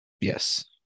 Yes